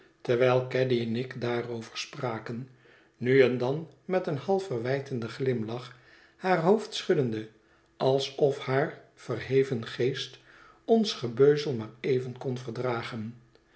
terwijl caddy en ik daarover spraken nu en dan met een half verwijtenden glimlach haar hoofd schuddende alsof haar verheven geest ons gebeuzel maar even kon verdragen